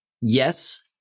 Yes